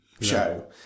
show